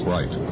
Right